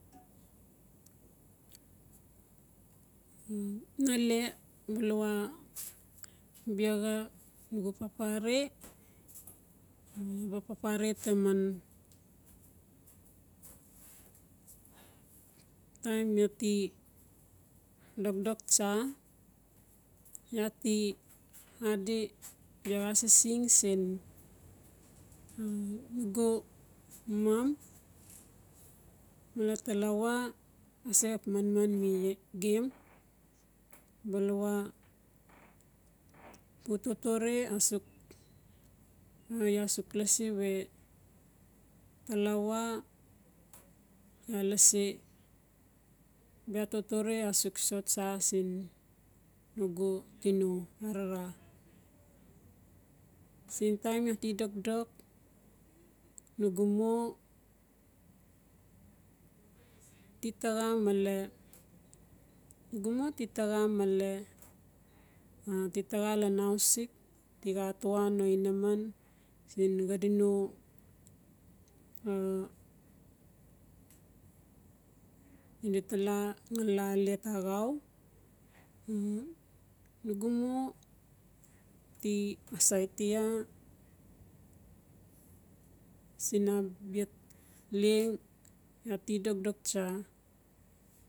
nale, balawa biaxa nugu papare iaa ba papare taman, taim iaa ti dokdok tsa iaa ti adi biaxo asising siin nugu mom. Talawa ase xap manman mi gem. Balawa pu totore asuk iaa suk lasi we talawa iaa lasi bia totore asuk so tsa siin nugu tino arara. Sin taim iaa ti dokdok nugu mo ti taxa male nugu mo ti taxa male ti taxa lan house sixk tixa atoa no inaman siin xadi no di tala ngali la alet axau nugu mo ti asaiti iaa sin abia leng iaa ti dokdok tsa.